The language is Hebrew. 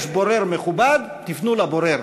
יש בורר מכובד, תפנו לבורר.